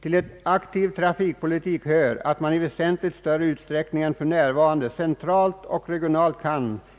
Till en aktiv trafikpolitik hör att man i väsentligt större utsträckning än för närvarande centralt och regionalt